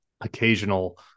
occasional